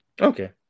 Okay